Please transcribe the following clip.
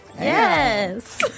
Yes